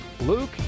Luke